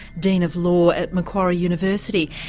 dean of law at macquarie university,